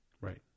Right